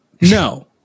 No